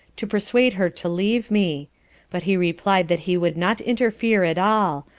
to persuade her to leave me but he replied that he would not interfere at all,